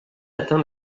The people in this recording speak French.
atteint